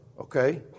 Okay